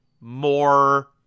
more